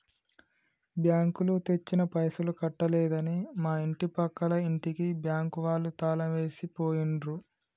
బ్యాంకులో తెచ్చిన పైసలు కట్టలేదని మా ఇంటి పక్కల ఇంటికి బ్యాంకు వాళ్ళు తాళం వేసి పోయిండ్రు